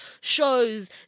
shows